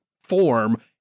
form